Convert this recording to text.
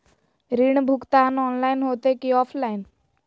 ऋण भुगतान ऑनलाइन होते की ऑफलाइन?